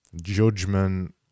Judgment